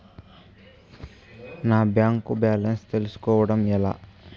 నా bank balance తెలుస్కోవడం ఎలా?